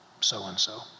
so-and-so